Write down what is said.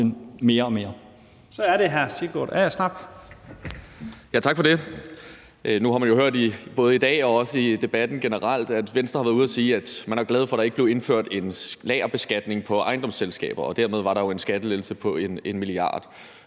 Sigurd Agersnap. Kl. 09:57 Sigurd Agersnap (SF): Tak for det. Nu har man jo hørt både i dag og også i debatten generelt, at Venstre har været ude at sige, at man er glad for, at der ikke blev indført en lagerbeskatning på ejendomsselskaber, og dermed var der jo en skattelettelse på 1 mia.